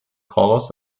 colors